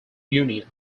union